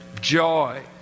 joy